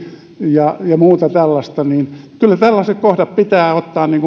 ja muuta tällaista kyllä tällaiset kohdat pitää ottaa